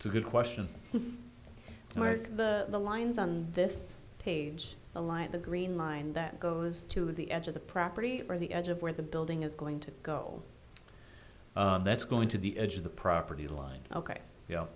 it's a good question and like the lines on this page aligned the green line that goes to the edge of the property or the edge of where the building is going to go that's going to the edge of the property line ok